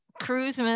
cruise